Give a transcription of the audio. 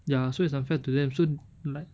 ya so it's unfair to them so like